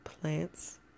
plants